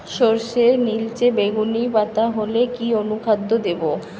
সরর্ষের নিলচে বেগুনি পাতা হলে কি অনুখাদ্য দেবো?